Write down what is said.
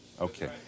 okay